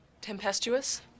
Tempestuous